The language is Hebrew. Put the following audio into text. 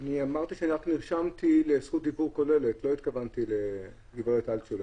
אני אמרתי שרק נרשמתי לרשות דיבור כוללת ולא התכוונתי לגברת אלטשולר.